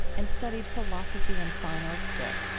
and studied philosophy and fine arts there.